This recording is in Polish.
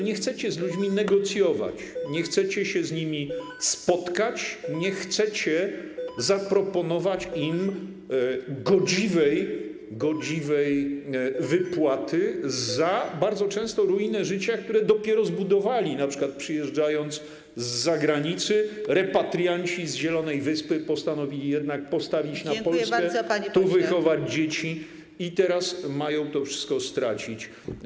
Nie chcecie z ludźmi negocjować, nie chcecie się z nimi spotkać, nie chcecie zaproponować im godziwej wypłaty za bardzo często ruinę życia, które dopiero zbudowali, np. przyjeżdżając z zagranicy, repatrianci z Zielonej Wyspy postanowili jednak postawić na Polskę, tu wychować dzieci i teraz mają to wszystko stracić.